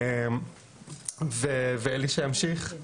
ואלישע ימשיך.